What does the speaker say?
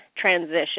Transition